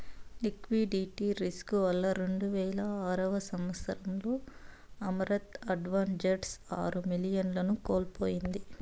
liquidity risk వల్ల రెండువేల ఆరవ సంవచ్చరంలో అమరత్ అడ్వైజర్స్ ఆరు మిలియన్లను కోల్పోయింది